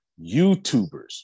YouTubers